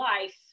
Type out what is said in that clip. life